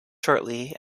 shortly